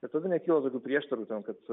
ir tada nekyla tokių prieštarų ten kad